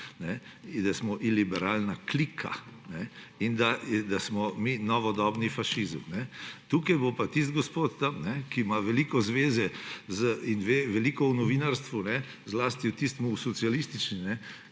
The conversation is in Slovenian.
da smo iliberalna klika in da smo mi novodobni fašizem. Tukaj pa bo tisti gospod tam, ki ima veliko zveze in ve veliko o novinarstvu, zlasti socialističnemu,